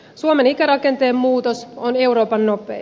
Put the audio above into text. suomen ikärakenteen muutos on euroopan nopein